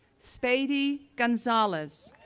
sbeydi gonzalez,